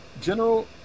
general